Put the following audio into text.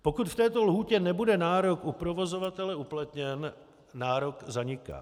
Pokud v této lhůtě nebude nárok u provozovatele uplatněn, nárok zaniká.